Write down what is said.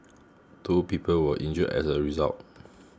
two people were injured as a result